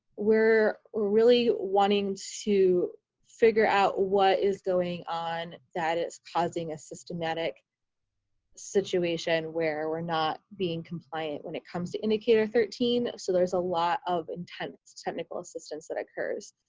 we're really wanting to figure out what is going on that is causing a systematic situation where we're not being compliant when it comes to indicator thirteen, thirteen, so there's a lot of intense technical assistance that occurs.